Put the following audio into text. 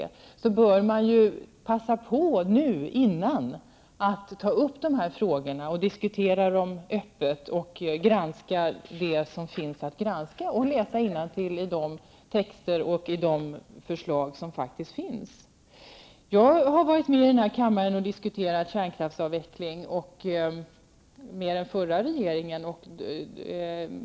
Då tycker jag att man bör passa på nu, innan vi blir medlemmar, att ta upp dessa frågor och diskutera dem öppet och granska det som finns att granska och läsa innantill i de texter och förslag som faktiskt finns. Jag har i denna kammare varit med om att diskutera kärnkraftsavveckling med den förra regeringen.